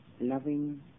loving